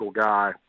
guy